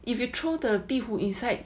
if you throw the 壁虎 inside